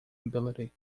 ability